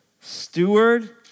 steward